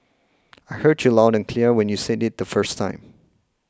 I heard you loud and clear when you said it the first time